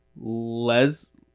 ...les